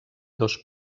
dos